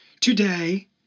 today